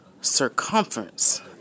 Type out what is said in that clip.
circumference